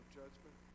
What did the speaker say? judgment